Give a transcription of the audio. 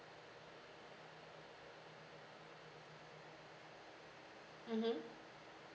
mmhmm